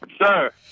sir